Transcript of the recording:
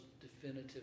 definitive